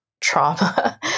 trauma